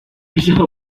prisa